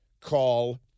call